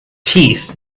teeth